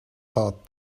thought